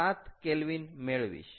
7 K મેળવીશ